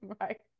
Right